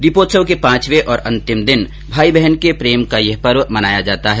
दीपोत्सव के पांचवें और अंतिम दिन भाई बहन के प्रेम का यह पर्व मनाया जाता है